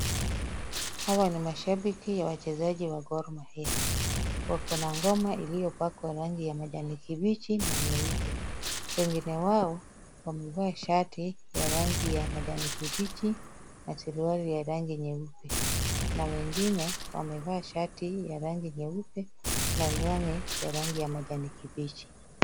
Hawa ni mashabiki wa wachezaji wa Gor Mahia, wako na ngoma iliyopakwa rangi ya majani kibichi na nyeupe. Wengine wao wamevaa shati ya rangi ya majani kibichi na suruali ya rangi nyeupe na wengine wamevaa shati ya rangi nyeupe na long'i ya rangi ya majani kibichi.